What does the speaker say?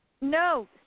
no –